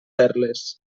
perles